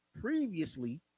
previously